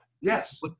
Yes